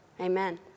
Amen